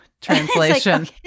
Translation